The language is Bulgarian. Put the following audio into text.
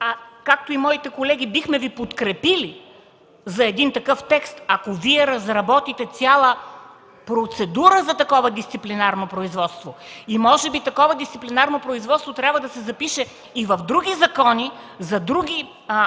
така и моите колеги бихме Ви подкрепили за такъв текст, ако Вие разработите цяла процедура за такова дисциплинарно производство. Може би такова дисциплинарно производство трябва да се запише и в други закони за други